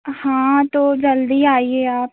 हाँ तो जल्दी आइए आप